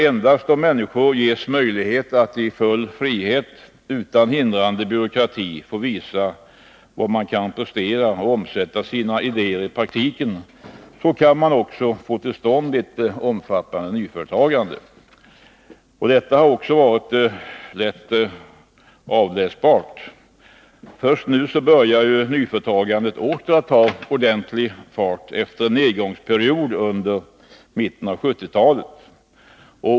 Endast om människor ges möjlighet att i full frihet, utan hindrande byråkrati, visa vad de kan prestera och omsätta sina idéer i praktiken, kan man få till stånd ett omfattande nyföretagande. Detta har också varit lätt avläsbart. Först nu börjar nyföretagandet åter ta ordentlig fart efter en nedgångsperiod under mitten av 1970-talet.